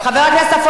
חבר הכנסת עפו